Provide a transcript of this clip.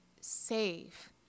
save